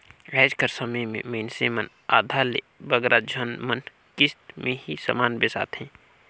आएज कर समे में मइनसे मन आधा ले बगरा झन मन किस्त में ही समान बेसाथें